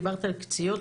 דיברת על קציעות,